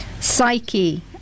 Psyche